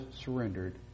surrendered